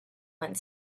went